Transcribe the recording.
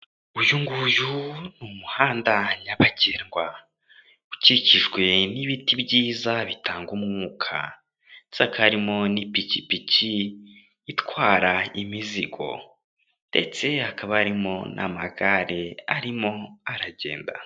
Uyu nguyu ni umuhanda nyabagendwa. Ukikijwe n'ibiti byiza bitanga umwuka. Harimo n'ipikipiki itwara imizigo ndetse hakaba arimo n'amagare arimo aragenda.